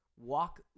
Walk